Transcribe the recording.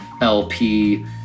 LP